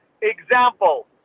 example